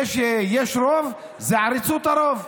יש רוב, עריצות הרוב.